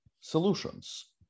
solutions